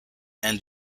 and